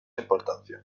importancia